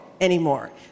anymore